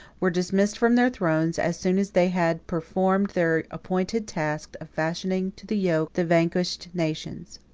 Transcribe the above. were dismissed from their thrones, as soon as they had performed their appointed task of fashioning to the yoke the vanquished nations.